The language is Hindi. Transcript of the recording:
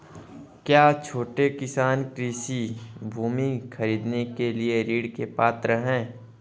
क्या छोटे किसान कृषि भूमि खरीदने के लिए ऋण के पात्र हैं?